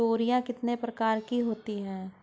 तोरियां कितने प्रकार की होती हैं?